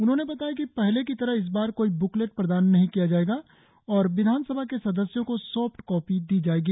उन्होंने बताया कि पहले की तरह इस बार कोई ब्कलेट प्रदान नहीं किया जाएगा और विधानसभा के सदस्यों को सॉफ्ट कॉपी दी जाएगी